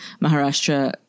Maharashtra